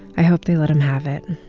i hope they let him have it.